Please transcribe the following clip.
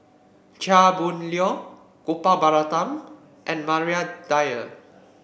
Chia Boon Leong Gopal Baratham and Maria Dyer